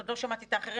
עוד לא שמעתי את האחרים,